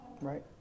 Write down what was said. Right